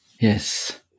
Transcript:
yes